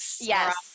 yes